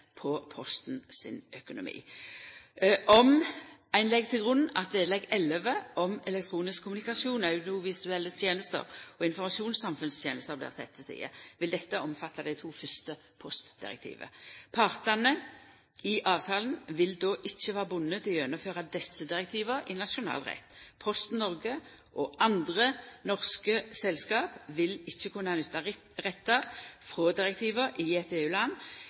på Posten sin økonomi. Om ein legg til grunn at vedlegg XI om elektronisk kommunikasjon, audiovisuelle tenester og informasjonssamfunnstenester blir sett til side, vil dette omfatta dei to fyrste postdirektiva. Partane i avtalen vil då ikkje vera bundne til å gjennomføra desse direktiva i nasjonal rett. Posten Norge og andre norske selskap vil ikkje kunna nytta rettar frå direktiva i eit